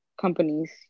companies